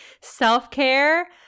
self-care